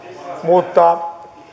mutta kun